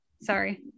Sorry